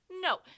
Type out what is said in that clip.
No